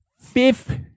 fifth